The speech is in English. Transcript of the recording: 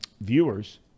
viewers